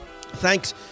Thanks